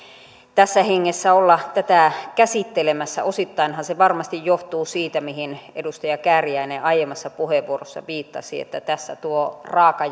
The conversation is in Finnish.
tässä hengessä olla tätä käsittelemässä osittainhan se varmasti johtuu siitä mihin edustaja kääriäinen aiemmassa puheenvuorossaan viittasi että tässä tuo raaka